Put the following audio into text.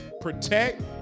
protect